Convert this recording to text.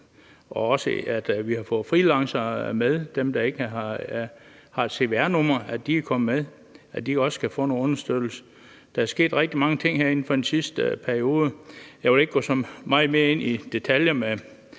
om, at vi har fået freelancere med, altså så dem, der ikke har cvr-numre, kan komme med, altså også kan få noget understøttelse. Der er sket rigtig mange ting her inden for den sidste periode. Jeg vil ikke gå så meget mere i detaljer med